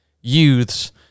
Youths